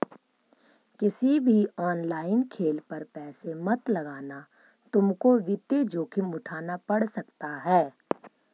किसी भी ऑनलाइन खेल पर पैसे मत लगाना तुमको वित्तीय जोखिम उठान पड़ सकता है